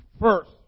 first